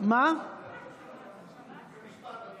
אני אגיד את זה לשר.